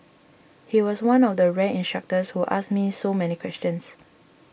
he was one of the rare instructors who asked me so many questions